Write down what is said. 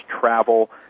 travel